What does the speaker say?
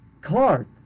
Clark